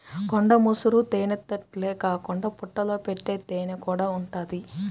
కొండ ముసురు తేనెతుట్టెలే కాకుండా పుట్టల్లో పెట్టే తేనెకూడా ఉంటది